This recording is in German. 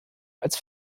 als